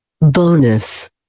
bonus